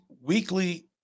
weekly